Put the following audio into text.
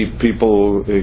people